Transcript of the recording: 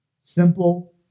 Simple